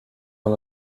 van